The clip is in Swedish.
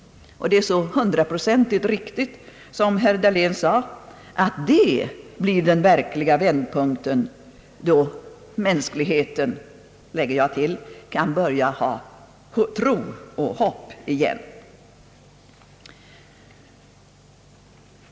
Det är så hundraprocentigt riktigt som herr Dahlén sade att det blir den verkliga vändpunkten, då mänskligheten — lägger jag till — kan börja hysa tro och hopp igen.